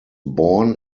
born